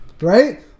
right